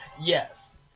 Yes